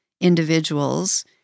individuals